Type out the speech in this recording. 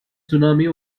tsunami